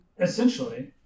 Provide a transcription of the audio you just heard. Essentially